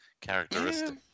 Characteristic